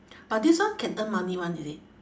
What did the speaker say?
but this one can earn money [one] is it